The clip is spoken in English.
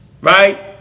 right